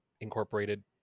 incorporated